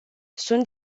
sunt